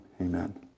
Amen